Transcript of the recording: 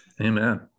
Amen